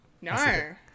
No